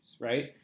right